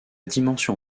dimension